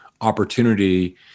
opportunity